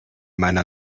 meiner